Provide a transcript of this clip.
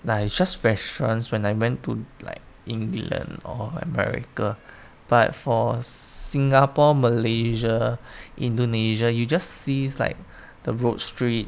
like just restaurants when I went to like england or america but for singapore malaysia indonesia you just see like the road street